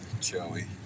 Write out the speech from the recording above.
Joey